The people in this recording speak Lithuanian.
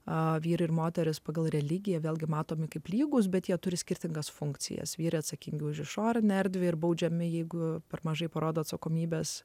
o vyrai ir moterys pagal religiją vėlgi matomi kaip lygūs bet jie turi skirtingas funkcijas vyrai atsakingi už išorinę erdvę ir baudžiami jeigu per mažai parodo atsakomybes